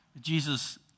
Jesus